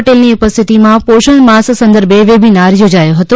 પટેલની ઉપસ્થિતિમાં પોષણ માસ સંદર્ભે વેબિનાર યોજાયો હતો